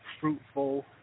fruitful